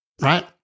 right